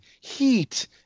Heat